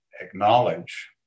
acknowledge